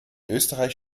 österreich